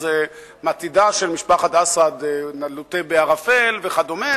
אז עתידה של משפחת אסד לוט בערפל וכו'